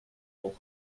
will